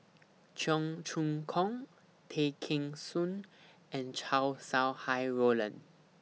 Cheong Choong Kong Tay Kheng Soon and Chow Sau Hai Roland